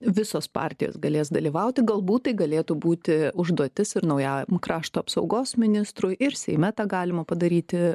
visos partijos galės dalyvauti galbūt tai galėtų būti užduotis ir naujajam krašto apsaugos ministrui ir seime tą galima padaryti